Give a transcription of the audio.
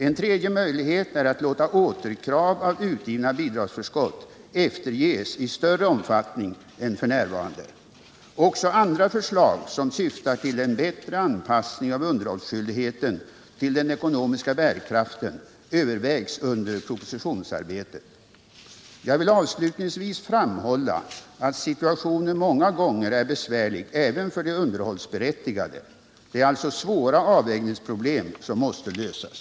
En tredje möjlighet är att låta återkrav av utgivna bidragsförskott efterges i större omfattning än f. n. Också andra förslag som syftar till en bättre anpassning av underhållsskyldigheten till den ekonomiska bärkraften övervägs under propositionsarbetet. Jag vill avslutningsvis framhålla att situationen många gånger är besvärlig även för de underhållsberättigade. Det är alltså svåra avvägningsproblem som måste lösas.